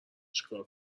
چیکار